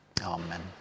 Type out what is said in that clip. Amen